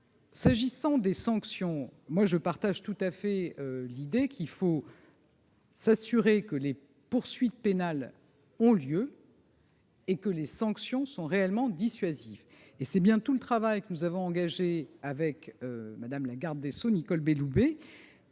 S'agissant des sanctions, je partage tout à fait l'idée qu'il faut s'assurer que les poursuites pénales ont bien lieu et que les sanctions sont réellement dissuasives. C'est bien tout le travail que nous avons engagé avec Mme la garde des sceaux, Nicole Belloubet,